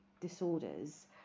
disorders